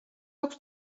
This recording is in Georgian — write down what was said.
აქვს